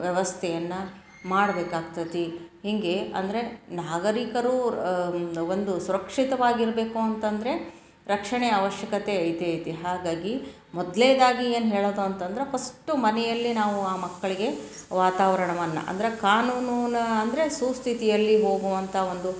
ವ್ಯವಸ್ಥೆಯನ್ನು ಮಾಡಬೇಕಾಗ್ತತಿ ಹೀಗೆ ಅಂದರೆ ನಾಗರಿಕರು ರ ಒಂದು ಸುರಕ್ಷಿತವಾಗಿರಬೇಕು ಅಂತಂದರೆ ರಕ್ಷಣೆಯ ಅವಶ್ಯಕತೆ ಐತೇ ಐತಿ ಹಾಗಾಗಿ ಮೊದ್ಲ್ನೇದಾಗಿ ಏನು ಹೇಳೋದು ಅಂತಂದ್ರೆ ಫಸ್ಟು ಮನೆಯಲ್ಲಿ ನಾವು ಆ ಮಕ್ಳಿಗೆ ವಾತಾವರಣವನ್ನ ಅಂದರೆ ಕಾನೂನಿನ ಅಂದರೆ ಸುಸ್ಥಿತಿಯಲ್ಲಿ ಹೋಗುವಂಥ ಒಂದು